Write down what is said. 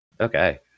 Okay